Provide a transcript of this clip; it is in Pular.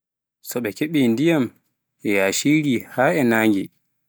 so ɓe keɓi ndiyam e yaaciri haa e naange